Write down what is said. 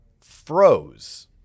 froze